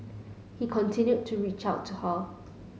he continued to reach out to her